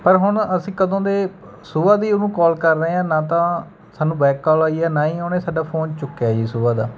ਪਰ ਹੁਣ ਅਸੀਂ ਕਦੋਂ ਦੇ ਸੁਬਹਾ ਦੀ ਉਹਨੂੰ ਕਾਲ ਕਰ ਰਹੇ ਹਾਂ ਨਾ ਤਾਂ ਸਾਨੂੰ ਬੈਕ ਕਾਲ ਆਈ ਹੈ ਨਾ ਹੀ ਉਹਨੇ ਸਾਡਾ ਫੋਨ ਚੁੱਕਿਆ ਜੀ ਸੁਬਹਾ ਦਾ